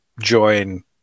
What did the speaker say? join